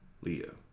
Leah